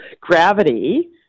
gravity